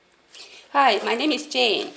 hi my name is jane